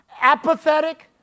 apathetic